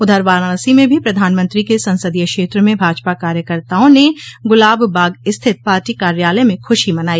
उधर वाराणसी में भी प्रधानमंत्री के संसदीय क्षेत्र में भाजपा कार्यकर्ताओं ने गुलाब बाग स्थित पार्टी कार्यालय में खुशी मनाई